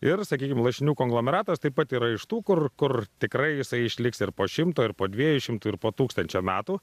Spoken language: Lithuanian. ir sakykim lašinių konglomeratas taip pat yra iš tų kur kur tikrai jisai išliks ir po šimto ir po dviejų šimtų ir po tūkstančio metų